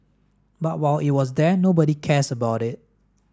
but while it was there nobody cares about it